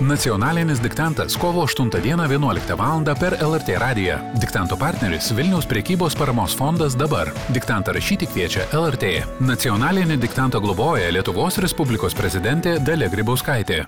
nacionalinis diktantas kovo aštuntą dieną vienuoliktą valandą per lrt radiją diktanto partneris vilniaus prekybos paramos fondas dabar diktantą rašyti kviečia lrt nacionalinį diktantą globoja lietuvos respublikos prezidentė dalia grybauskaitė